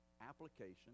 application